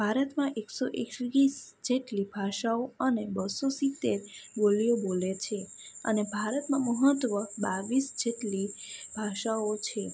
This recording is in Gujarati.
ભારતમાં એકસો એકવીસ જેટલી ભાષાઓ અને બસો સિત્તેર બોલીઓ બોલે છે અને ભારતમાં મહત્ત્વ બાવીસ જેટલી ભાષાઓ છે